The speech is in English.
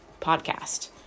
podcast